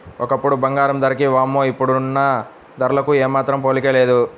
ఒకప్పుడు బంగారం ధరకి వామ్మో ఇప్పుడున్న ధరలకు ఏమాత్రం పోలికే లేదు